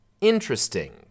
interesting